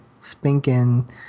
Spinkin